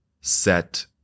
set